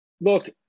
look